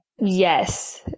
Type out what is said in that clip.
yes